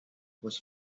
was